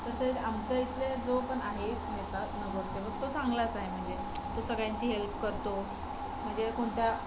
तर ते आमचं इथे जो पण आहे नेता नगरसेवक तो चांगलाच आहे म्हणजे तो सगळ्यांची हेल्प करतो म्हणजे कोणत्या